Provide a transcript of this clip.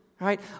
right